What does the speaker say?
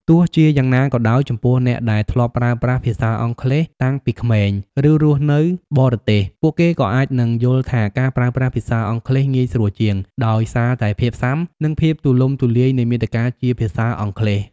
ទោះជាយ៉ាងណាក៏ដោយ ចំពោះអ្នកដែលធ្លាប់ប្រើប្រាស់ភាសាអង់គ្លេសតាំងពីក្មេង ឬរស់នៅបរទេស ពួកគេក៏អាចនឹងយល់ថាការប្រើប្រាស់ភាសាអង់គ្លេសងាយស្រួលជាង ដោយសារតែភាពស៊ាំ និងភាពទូលំទូលាយនៃមាតិកាជាភាសាអង់គ្លេស។